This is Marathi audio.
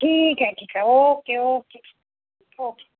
ठीक आहे ठीक आहे ओके ओके ओके